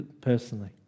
personally